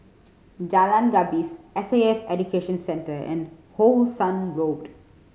Jalan Gapis S A F Education Centre and How Sun Road